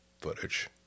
footage